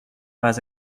pas